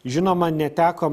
žinoma neteko